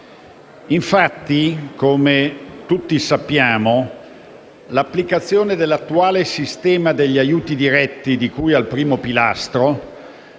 Infatti, come tutti sappiamo, l'applicazione dell'attuale sistema degli aiuti diretti di cui al primo pilastro,